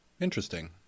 interesting